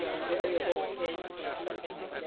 you know a variable in in something that,